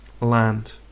Land